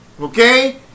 Okay